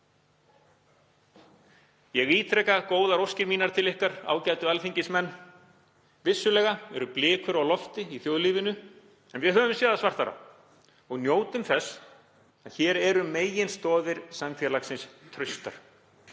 Ég ítreka góðar óskir mínar til ykkar, ágætu alþingismenn. Vissulega eru blikur á lofti í þjóðlífinu en við höfum séð það svartara og njótum þess að hér eru meginstoðir samfélagsins traustar.